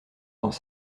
dans